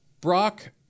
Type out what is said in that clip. Brock